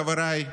חבריי,